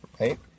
right